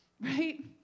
right